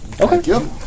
Okay